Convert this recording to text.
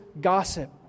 gossip